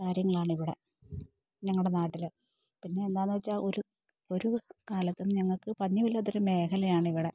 കാര്യങ്ങളാണിവിടെ ഞങ്ങളുടെ നാട്ടിൽ പിന്നെ എന്താണെന്ന് വെച്ചാൽ ഒരു ഒരു കാലത്തും ഞങ്ങൾക്ക് പഞ്ഞമില്ലാത്തൊരു മേഖലയാണിവിടെ